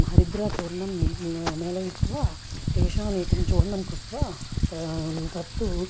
हरिद्राचूर्णं मेलयित्वा तेषाम् एकम् चूर्णं कृत्वा ता तत्तु